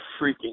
freaking